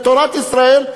את תורת ישראל,